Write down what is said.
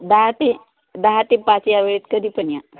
दहा ते दहा ते पाच या वेळेत कधीपण या